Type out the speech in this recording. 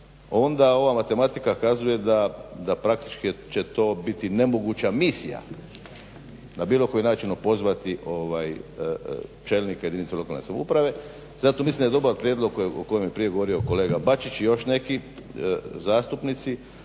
onda ova matematika kazuje da praktički će to biti nemoguća misija na bilo koji način opozvati čelnike jedinice lokalne samouprave, zato mislim da je dobar prijedlog o kojemu je prije govorio kolega Bačić i još neki zastupnici,